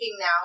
now